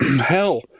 hell